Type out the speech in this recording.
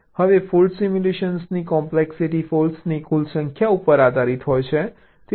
હવે ફોલ્ટ સિમ્યુલેશનની કોમ્પ્લેક્સિટી ફૉલ્ટ્સની કુલ સંખ્યા ઉપર આધારિત છે